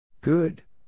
Good